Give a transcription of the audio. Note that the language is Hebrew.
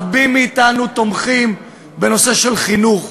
רבים מאתנו תומכים בנושאים של חינוך,